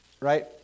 Right